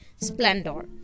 Splendor